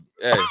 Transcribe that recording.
Hey